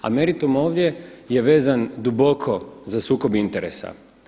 A meritum ovdje je vezan duboko za sukob interesa.